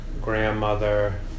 grandmother